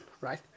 right